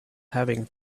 having